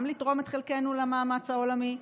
גם לתרום את חלקנו למאמץ העולמי,